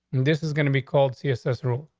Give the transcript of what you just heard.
this is gonna be called css rel.